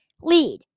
lead